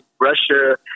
Russia